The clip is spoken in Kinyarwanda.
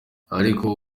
ariko